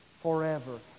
forever